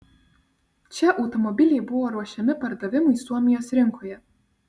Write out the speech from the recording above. čia automobiliai buvo ruošiami pardavimui suomijos rinkoje